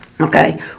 Okay